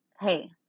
hey